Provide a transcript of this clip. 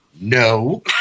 no